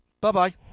Bye-bye